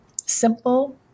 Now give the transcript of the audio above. Simple